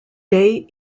day